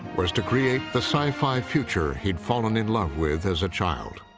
was to create the sci-fi future he'd fallen in love with as a child.